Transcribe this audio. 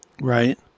Right